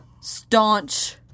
staunch